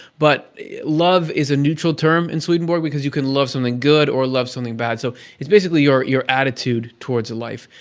but love is a neutral term in swedenborg, because you can love something good or love something bad. so it's basically your your attitude towards life.